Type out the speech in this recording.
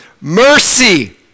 mercy